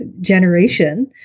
generation